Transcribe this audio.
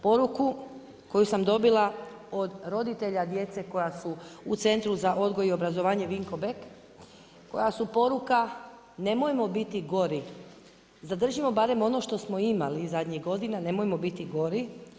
Poruku koju sam dobila od roditelja djece koja su u centru za odgoj i obrazovanje Vinko Bek, koja su poruka nemojmo biti gori, zadržimo barem ono što smo imali zadnjih godina, nemojmo biti gori.